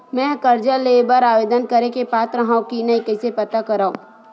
मेंहा कर्जा ले बर आवेदन करे के पात्र हव की नहीं कइसे पता करव?